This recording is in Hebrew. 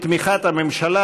בתמיכת הממשלה.